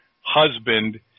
husband